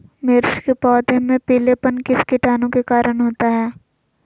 मिर्च के पौधे में पिलेपन किस कीटाणु के कारण होता है?